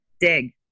Dig